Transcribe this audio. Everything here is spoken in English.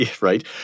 Right